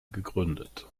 gegründet